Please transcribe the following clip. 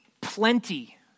plenty